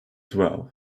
twelve